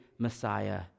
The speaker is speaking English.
Messiah